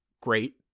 great